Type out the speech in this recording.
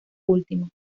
última